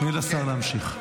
תני לשר להמשיך.